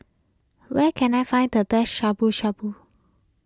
where can I find the best Shabu Shabu